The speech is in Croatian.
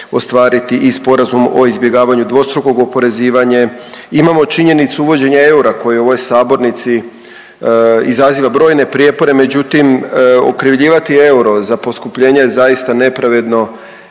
i Sporazum o izbjegavanju dvostrukog oporezivanje, imamo činjenicu uvođenja eura koje je u ovoj sabornici izaziva brojne prijepore, međutim, okrivljivati euro za poskupljenje zaista nepravedno